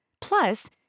Plus